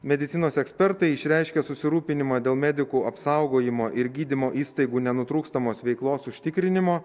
medicinos ekspertai išreiškė susirūpinimą dėl medikų apsaugojimo ir gydymo įstaigų nenutrūkstamos veiklos užtikrinimo